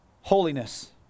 holiness